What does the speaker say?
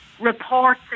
report